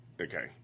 Okay